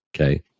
okay